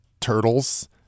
turtles